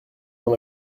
dans